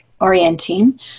orienting